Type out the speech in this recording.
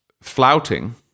flouting